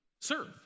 serve